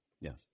Yes